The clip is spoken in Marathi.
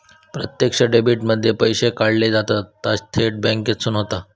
प्रत्यक्ष डेबीट मध्ये पैशे काढले जातत ता थेट बॅन्केसून होता